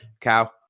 cow